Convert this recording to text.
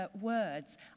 words